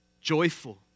joyful